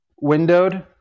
windowed